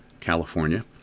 California